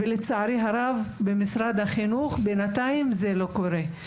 לצערי הרב, בינתיים, זה לא קורה במשרד החינוך.